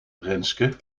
renske